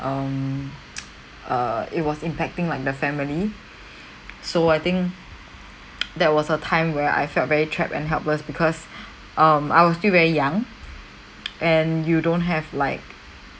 um err it was impacting like the family so I think that was a time where I felt very trapped and helpless because um I was still very young and you don't have like